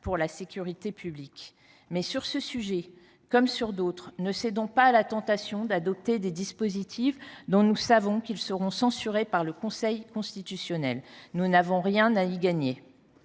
pour la sécurité publique. Néanmoins, sur ce sujet comme sur d’autres, ne cédons pas à la tentation d’adopter des dispositifs dont nous savons qu’ils seront censurés par le Conseil constitutionnel. Nous n’avons rien à y gagner.